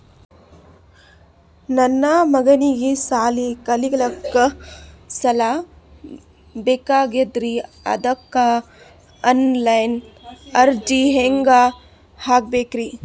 ನನ್ನ ಮಗನಿಗಿ ಸಾಲಿ ಕಲಿಲಕ್ಕ ಸಾಲ ಬೇಕಾಗ್ಯದ್ರಿ ಅದಕ್ಕ ಆನ್ ಲೈನ್ ಅರ್ಜಿ ಹೆಂಗ ಹಾಕಬೇಕ್ರಿ?